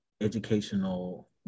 educational